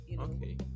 Okay